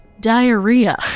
diarrhea